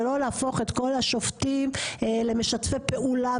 ולא להפוך את כל השופטים למשתפי פעולה,